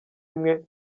imwe